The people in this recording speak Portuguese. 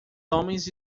homens